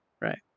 Right